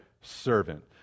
servant